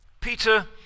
Peter